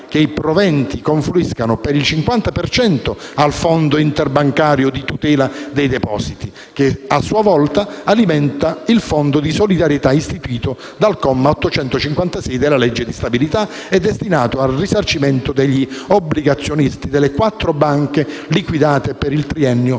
che i proventi confluiscano, per il 50 per cento, al Fondo interbancario di tutela dei depositi, che a sua volta alimenta il Fondo di solidarietà istituito dal comma 856 della legge di stabilità e destinato al risarcimento degli obbligazionisti delle quattro banche liquidate per il triennio